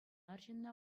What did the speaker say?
арҫынна